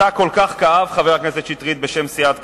שאותה כל כך כאב חבר הכנסת שטרית בשם סיעת קדימה,